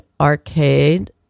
Arcade